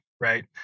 right